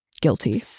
Guilty